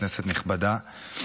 כנסת נכבדה,